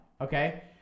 okay